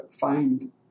find